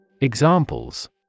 Examples